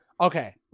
Okay